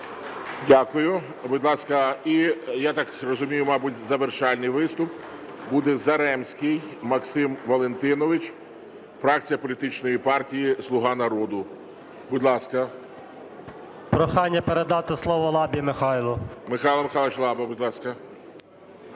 Дякую. Будь ласка, і, я так розумію, мабуть, завершальний виступ буде, Заремський Максим Валентинович, фракція політичної партії "Слуга народу". Будь ласка. 14:24:32 ЗАРЕМСЬКИЙ М.В. Прохання передати слово Лабі Михайлу. ГОЛОВУЮЧИЙ. Михайло Михайлович Лаба, будь ласка.